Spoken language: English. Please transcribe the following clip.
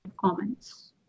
comments